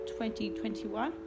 2021